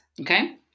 okay